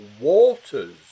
Waters